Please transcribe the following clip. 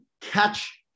catch